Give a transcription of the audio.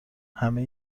همه